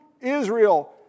Israel